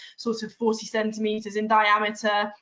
sort of forty centimeters in diameter,